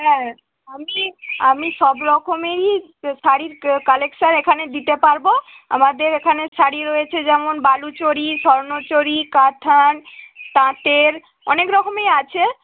হ্যাঁ আমি আমি সব রকমেরই শাড়ির কালেকশান এখানে দিতে পারব আমাদের এখানে শাড়ি রয়েছে যেমন বালুচরী স্বর্ণচরী কাঁথা তাঁতের অনেক রকমই আছে